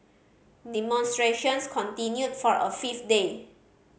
demonstrations continued for a fifth day